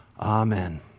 Amen